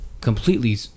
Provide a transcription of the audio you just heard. completely